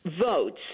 votes